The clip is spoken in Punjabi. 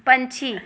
ਪੰਛੀ